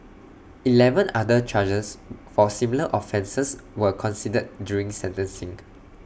Eleven other charges for similar offences were considered during sentencing